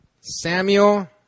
Samuel